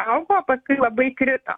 augo paskui labai krito